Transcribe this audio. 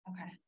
Okay